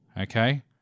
okay